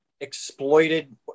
Exploited